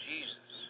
Jesus